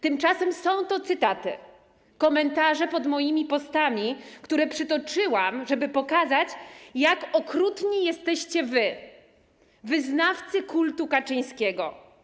Tymczasem są to cytaty, komentarze pod moimi postami, komentarze, które przytoczyłam, żeby pokazać, jak okrutni jesteście wy, wyznawcy kultu Kaczyńskiego.